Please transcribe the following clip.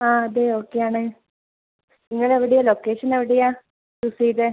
ആ അതെ ഓക്കെയാണ് നിങ്ങളെവിടെയാണ് ലൊക്കേഷന് എവിടെയാണ് ചൂസ് ചെയ്തത്